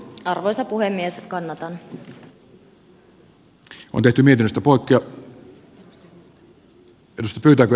arvoisa puhemies